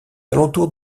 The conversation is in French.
alentours